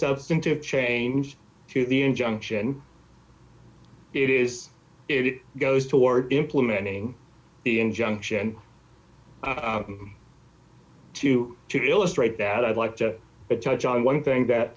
substantive change to the injunction it is if it goes toward implementing the injunction to you to illustrate that i'd like to touch on one thing that